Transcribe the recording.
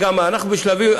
ואנחנו בשלבים,